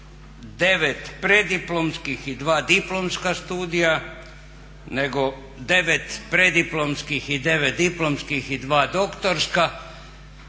nema 9 preddiplomskih i 2 diplomska studija nego 9 preddiplomskih i 9 diplomskih i 2 doktorska